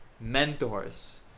mentors